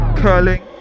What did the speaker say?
curling